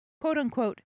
quote-unquote